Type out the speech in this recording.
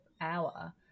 hour